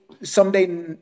someday